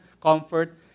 comfort